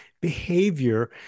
behavior